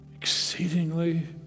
exceedingly